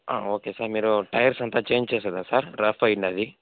okay sir మీరు tyres అంతా change చేసేయ్యలా సార్ రఫ్ అయ్యింది